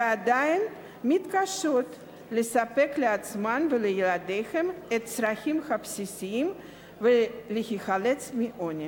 ועדיין מתקשות לספק לעצמן ולילדיהן את הצרכים הבסיסיים ולהילחץ מהעוני".